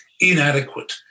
inadequate